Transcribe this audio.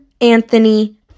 Anthony